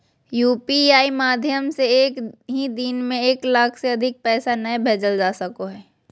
UPI माध्यम से एक दिन में एक लाख से अधिक पैसा नय भेजल जा सको हय